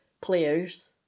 players